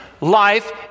life